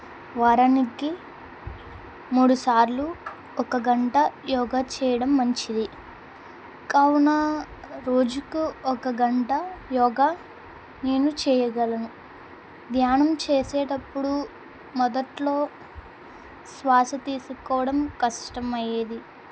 వారానికి మూడు సార్లు ఒక గంట యోగా చేయడం మంచిది కావున రోజుకు ఒక గంట యోగా నేను చేయగలను ధ్యానం చేసేటప్పుడు మొదట్లో శ్వాస తీసుకోవడం కష్టం అయ్యేది